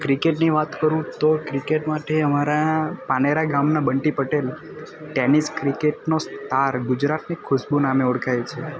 ક્રિકેટની વાત કરું તો ક્રિકેટમાં તે અમારા પાનેરા ગામના બંટી પટેલ ટેનિસ ક્રિકેટનો સ્ટાર ગુજરાતની ખૂશ્બુ નામે ઓળખાય છે